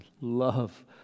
love